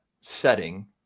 setting